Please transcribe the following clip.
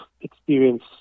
experience